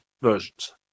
versions